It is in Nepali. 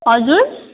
हजुर